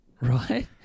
Right